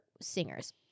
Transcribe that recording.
singers